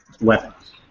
weapons